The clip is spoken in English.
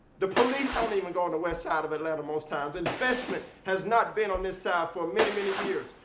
the police don't even go on the west side of atlanta most times. investment has not been on this side ah for many, many years.